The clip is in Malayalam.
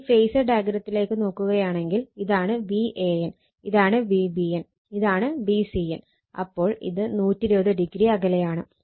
ഇനി ഫേസർ ഡയഗ്രത്തിലേക്ക് നോക്കുകയാണെങ്കിൽ ഇതാണ് Van ഇതാണ് Vbn ഇതാണ് Vcn അപ്പോൾ ഇത് 120 o അകലെയാണ്